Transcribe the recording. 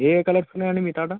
ఏయే కలర్స్ ఉన్నాయండి మీకాడ